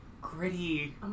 Gritty